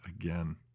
again